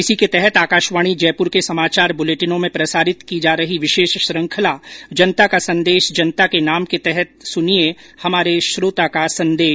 इसी के तहत आकाशवाणी जयपुर के समाचार बुलेटिनों में प्रसारित की जा रही विशेष श्रृखंला जनता का संदेश जनता के नाम के तहत सुनिये हमारे श्रोता का संदेश